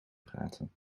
praten